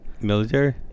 Military